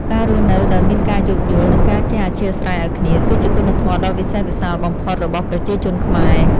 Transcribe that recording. ការរស់នៅដោយមានការយោគយល់ និងការចេះអធ្យាស្រ័យឱ្យគ្នា គឺជាគុណធម៌ដ៏វិសេសវិសាលបំផុតរបស់ប្រជាជនខ្មែរ។